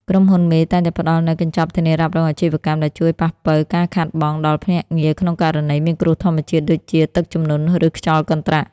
ក្រុមហ៊ុនមេតែងតែផ្ដល់នូវ "កញ្ចប់ធានារ៉ាប់រងអាជីវកម្ម" ដែលជួយប៉ះប៉ូវការខាតបង់ដល់ភ្នាក់ងារក្នុងករណីមានគ្រោះធម្មជាតិដូចជា ទឹកជំនន់ ឬខ្យល់កន្ត្រាក់។